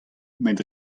met